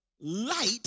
light